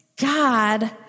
God